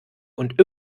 und